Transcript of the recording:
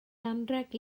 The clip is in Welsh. anrheg